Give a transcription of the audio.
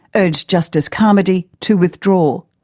urged justice carmody to withdraw.